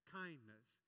kindness